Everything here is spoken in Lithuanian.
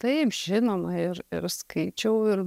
taip žinoma ir ir skaičiau ir